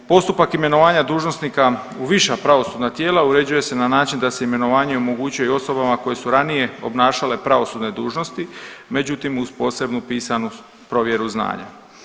Postupak imenovanja dužnosnika u viša pravosudna tijela uređuje se na način da se imenovanje omogućuje i osobama koje su ranije obnašale pravosudne dužnosti, međutim uz posebnu pisanu provjeru znanja.